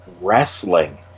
wrestling